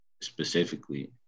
specifically